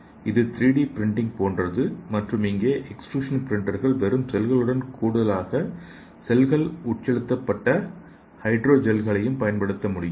இது 3 D printing போன்றது மற்றும் இங்கே எக்ஸ்ட்ரூஷன் பிரிண்டர்கள் வெறும் செல்களுடன் கூடுதலாக செல்கள் உட்செலுத்தப்பட்ட ஹைட்ரோ ஜெல்களையும் பயன்படுத்த முடியும்